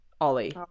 Ollie